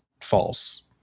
false